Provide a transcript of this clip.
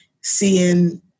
seeing